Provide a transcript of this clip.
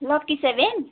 lucky seven